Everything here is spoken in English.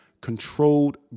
controlled